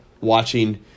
watching